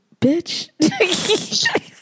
Bitch